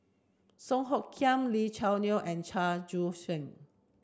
Song Hoot Kiam Lee Choo Neo and Chua Joon Siang